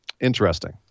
Interesting